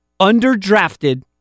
underdrafted